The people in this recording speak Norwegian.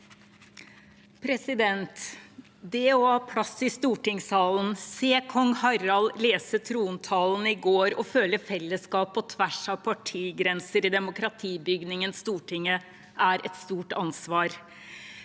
Det å ha plass i stortingssalen, se kong Harald lese trontalen i går og føle fellesskap på tvers av partigrenser i demokratibygningen Stortinget, er et stort ansvar.